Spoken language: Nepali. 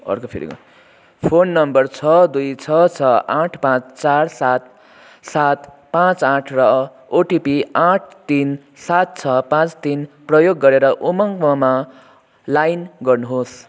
फोन नम्बर छ दुई छ छ आठ पाँच चार सात सात पाँच आठ र ओटिपी आठ तिन सात छ पाँच तिन प्रयोग गरेर उमङ्गमा लाइन गर्नुहोस्